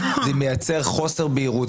זה מייצר חוסר בהירות,